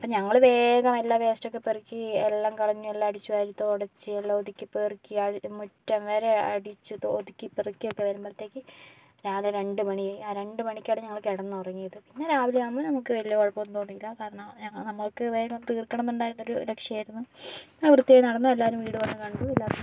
അപ്പോൾ ഞങ്ങൾ വേഗം എല്ലാ വേസ്റ്റൊക്കെ പെറുക്കി എല്ലാം കളഞ്ഞു എല്ലാം അടിച്ചുവാരി തുടച്ച് എല്ലാം ഒതുക്കി പെറുക്കി അഴ് മുറ്റം വരെ അടിച്ച് ഒതുക്കി പെറുക്കിയൊക്കെ വരുമ്പോഴത്തേക്ക് രാവിലെ രണ്ടുമണിയായി ആ രണ്ടുമണിക്കാണ് ഞങ്ങൾ കിടന്നുറങ്ങിയത് പിന്നെ രാവിലെയാകുമ്പോൾ നമുക്ക് വലിയ കുഴപ്പമൊന്നും തോന്നിയില്ല കാരണം ഞങ്ങൾ നമ്മൾക്ക് വേഗം തീർക്കണമെന്ന് ഉണ്ടായിരുന്നൊരു ലക്ഷ്യമായിരുന്നു അത് വൃത്തിയായി നടന്നു എല്ലാവരും വന്ന് കണ്ടു എല്ലാവർക്കും ഇഷ്ടപ്പെട്ടു